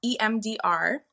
emdr